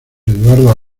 eduardo